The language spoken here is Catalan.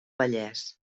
vallès